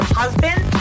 husband